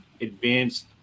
advanced